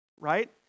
right